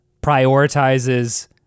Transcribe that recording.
prioritizes